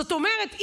זאת אומרת,